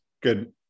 Good